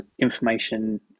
information